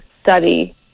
study